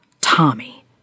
Tommy